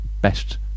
best